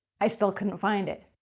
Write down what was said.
i still couldn't find it.